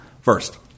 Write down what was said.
First